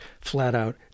flat-out